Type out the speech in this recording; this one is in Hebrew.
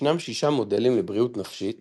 ישנם 6 מודלים לבריאות נפשית